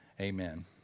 Amen